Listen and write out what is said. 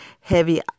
heavy